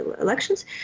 elections